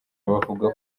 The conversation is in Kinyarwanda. bavuga